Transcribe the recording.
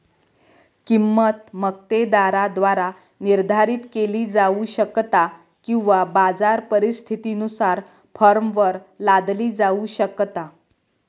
किंमत मक्तेदाराद्वारा निर्धारित केली जाऊ शकता किंवा बाजार परिस्थितीनुसार फर्मवर लादली जाऊ शकता